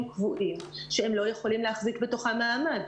קבועים שהם לא יכולים להחזיק בתוכה מעמד.